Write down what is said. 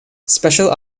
special